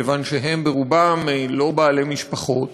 מכיוון שרובם אינם בעלי משפחות,